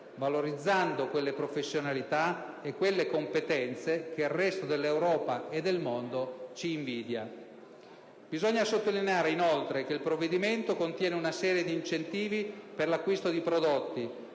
valorizzando quelle professionalità e quelle competenze che il resto dell'Europa e del mondo ci invidia. Bisogna sottolineare inoltre che il provvedimento contiene una serie di incentivi per l'acquisto di prodotti